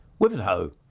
Wivenhoe